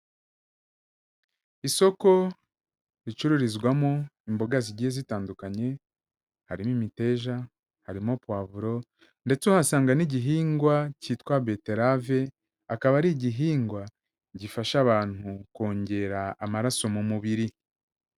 Isoko ricururizwamo imboga zigiye zitandukanye, harimo imiteja, harimo puwavuro, ndetse uhasanga n'igihingwa cyitwa beterave, akaba ari igihingwa gifasha abantu kongera amaraso mu mubiri.